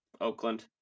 Oakland